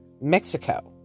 Mexico